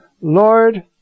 Lord